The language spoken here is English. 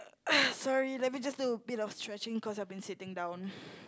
sorry let me just do a bit of stretching because I've been sitting down